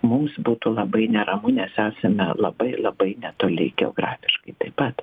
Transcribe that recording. mums būtų labai neramu nes esame labai labai netoli geografiškai taip pat